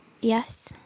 Yes